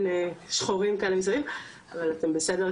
בכל אופן אני רק אסכם,